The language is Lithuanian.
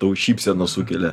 tau šypseną sukelia